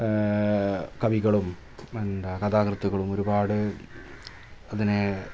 കവികളും എന്താ കഥാകൃത്തുക്കളും ഒരുപാട് അതിന്